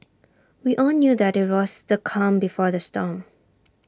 we all knew that IT was the calm before the storm